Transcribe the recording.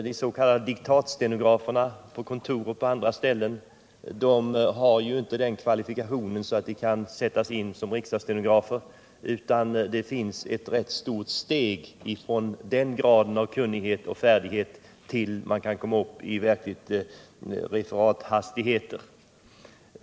De s.k. diktatstenograferna på kontor och andra ställen har inte den kvalifikationen att de kan sättas in som riksdagsstenografer — steget är rätt stort från den graden av kunnighet till färdighet att komma upp i verkliga referathastigheter.